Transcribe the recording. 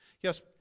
Yes